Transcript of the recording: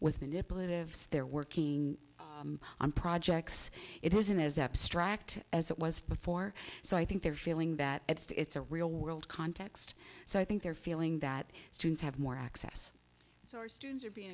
so they're working on projects it isn't as abstract as it was before so i think they're feeling that it's a real world context so i think they're feeling that students have more access so our students are being